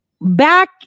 back